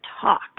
talk